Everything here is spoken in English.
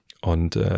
Und